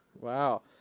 Wow